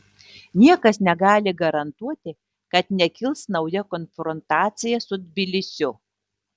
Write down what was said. niekas negali garantuoti kad nekils nauja konfrontacija su tbilisiu